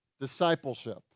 Discipleship